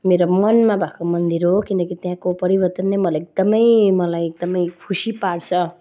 मेरो मनमा भएको मन्दिर हो किनकि त्यहाँको परिवर्तन नै मलाई एकदमै मलाई एकदमै खुसी पार्छ